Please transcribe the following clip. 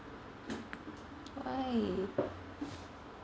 why